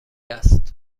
است